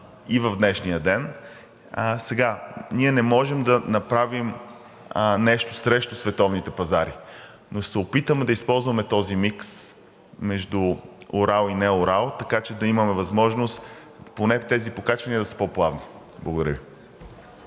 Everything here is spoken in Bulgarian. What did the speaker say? и в днешния ден. Не можем да направим нещо срещу световните пазари, но ще се опитаме да използваме този микс между „Урал“ и не- „Урал“, така че да имаме възможност поне тези покачвания да са по-плавни. Благодаря Ви.